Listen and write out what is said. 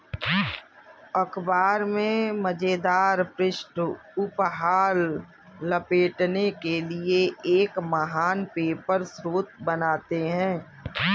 अख़बार में मज़ेदार पृष्ठ उपहार लपेटने के लिए एक महान पेपर स्रोत बनाते हैं